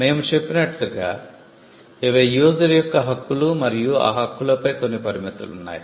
మేము చెప్పినట్లుగా ఇవి యూజర్ యొక్క హక్కులు మరియు ఆ హక్కులపై కొన్ని పరిమితులు ఉన్నాయి